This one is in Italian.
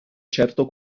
certo